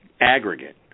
aggregate